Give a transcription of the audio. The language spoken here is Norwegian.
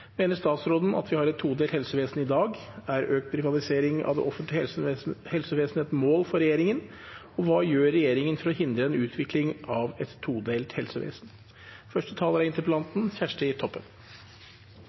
meiner at vi har eit todelt helsevesen i dag, om meir privatisering av det offentlege helsevesenet er eit mål for regjeringa, og kva regjeringa gjer for å hindra ei utvikling av eit todelt helsevesen. Jeg tar resultatene fra Helsepolitisk barometer på alvor. Det er